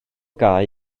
gae